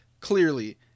clearly